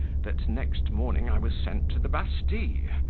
that next morning i was sent to the bastille,